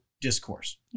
discourse